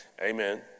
Amen